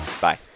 Bye